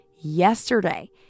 yesterday